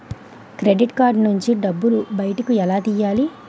Credit card నుంచి డబ్బు బయటకు ఎలా తెయ్యలి?